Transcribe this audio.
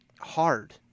hard